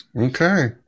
Okay